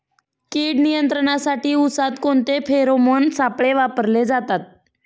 कीड नियंत्रणासाठी उसात कोणते फेरोमोन सापळे वापरले जातात?